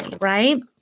right